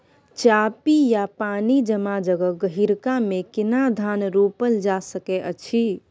चापि या पानी जमा जगह, गहिरका मे केना धान रोपल जा सकै अछि?